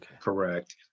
Correct